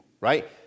right